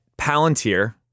Palantir